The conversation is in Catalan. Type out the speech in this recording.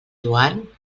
joan